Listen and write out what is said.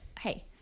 Hey